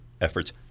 efforts